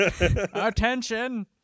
attention